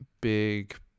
big